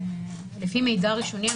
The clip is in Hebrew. לפי מידע ראשוני,